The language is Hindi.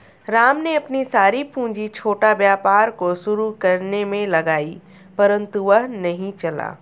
राम ने अपनी सारी पूंजी छोटा व्यापार को शुरू करने मे लगाई परन्तु वह नहीं चला